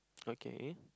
okay